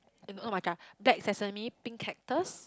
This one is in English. and [oh]-my-god black sesame pink cactus